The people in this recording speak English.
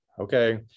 okay